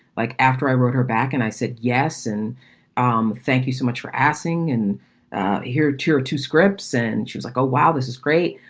like after i wrote her back and i said yes and um thank you so much for asking. and here tier two scripts. and she was like, oh, wow, this is great.